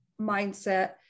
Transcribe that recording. mindset